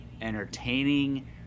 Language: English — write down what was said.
entertaining